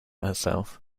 herself